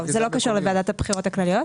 זה לא קשור לוועדת הבחירות הכלליות,